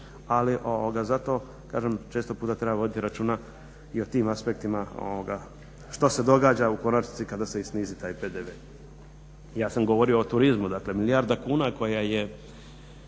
Ali zato kažem često puta treba voditi računa i o tim aspektima što se događa u konačnici kada se i snizi taj PDV. Ja sam govorio o turizmu. Dakle, milijarda kuna koja je